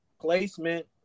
placement